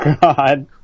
god